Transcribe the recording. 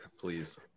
please